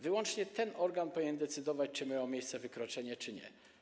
Wyłącznie ten organ powinien decydować, czy miało miejsce wykroczenie, czy nie.